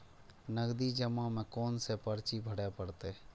नगदी जमा में कोन सा पर्ची भरे परतें?